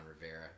Rivera